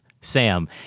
Sam